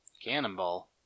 Cannonball